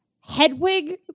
Hedwig